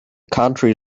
country